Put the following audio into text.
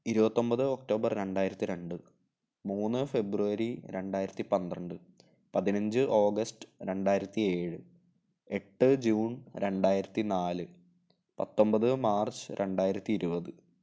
ഇരുപത്തൊൻപത് ഒക്റ്റോബർ രണ്ടായിരത്തിരണ്ട് മൂന്ന് ഫെബ്രുവരി രണ്ടായിരത്തി പന്ത്രണ്ട് പതിനഞ്ച് ഓഗസ്റ്റ് രണ്ടായിരത്തിയേഴ് എട്ട് ജൂൺ രണ്ടായിരത്തി നാല് പത്തൊൻപത് മാർച്ച് രണ്ടായിരത്തിഇരുപത്